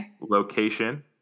location